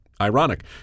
Ironic